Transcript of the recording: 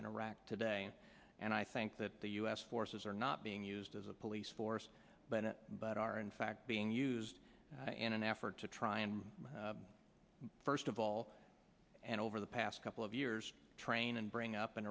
in iraq today and i think that the u s forces are not being used as a police force but but are in fact being used in an effort to try and first of all and over the past couple of years train and bring up an